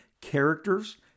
characters